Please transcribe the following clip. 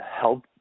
help